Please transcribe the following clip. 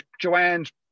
Joanne's